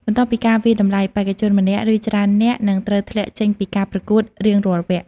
បន្ទាប់ពីការវាយតម្លៃ បេក្ខជនម្នាក់ ឬច្រើននាក់នឹងត្រូវធ្លាក់ចេញពីការប្រកួតជារៀងរាល់វគ្គ។